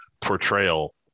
portrayal